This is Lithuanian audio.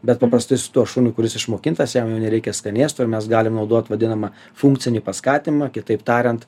bet paprastai su tuo šuniu kuris išmokintas jam jau nereikia skanėstų ir mes galim naudot vadinamą funkcinį paskatinimą kitaip tariant